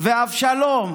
ואבשלום הסדרן.